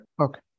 okay